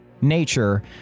nature